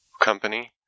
company